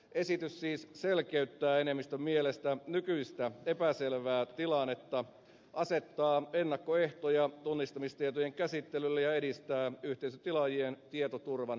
esitys siis selkeyttää enemmistön mielestä nykyistä epäselvää tilannetta asettaa ennakkoehtoja tunnistamistietojen käsittelylle ja edistää yhteisötilaajien tietoturvan parantamista